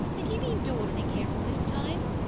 have you been dawdling here all this time?